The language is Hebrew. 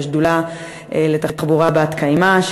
שהיא השדולה לתחבורה בת-קיימא,